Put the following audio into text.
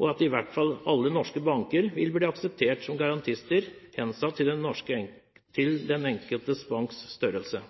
og at i hvert fall alle norske banker vil bli akseptert som garantister, hensatt til den enkelte banks størrelse.